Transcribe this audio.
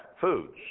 foods